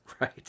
Right